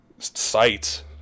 sites